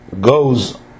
goes